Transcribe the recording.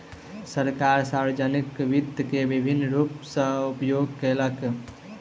सरकार, सार्वजानिक वित्त के विभिन्न रूप सॅ उपयोग केलक